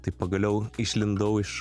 taip pagaliau išlindau iš